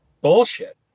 bullshit